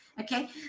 okay